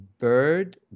Bird